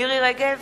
מירי רגב,